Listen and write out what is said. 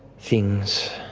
things,